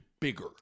bigger